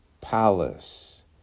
palace